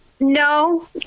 no